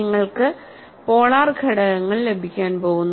നിങ്ങൾക്ക് പോളാർ ഘടകങ്ങൾ ലഭിക്കാൻ പോകുന്നു